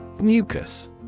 Mucus